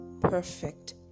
perfect